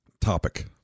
Topic